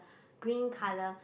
green colour